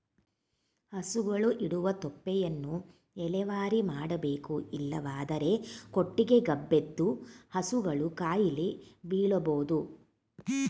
ಹಸುಗಳು ಇಡುವ ತೊಪ್ಪೆಯನ್ನು ವಿಲೇವಾರಿ ಮಾಡಬೇಕು ಇಲ್ಲವಾದರೆ ಕೊಟ್ಟಿಗೆ ಗಬ್ಬೆದ್ದು ಹಸುಗಳು ಕಾಯಿಲೆ ಬೀಳಬೋದು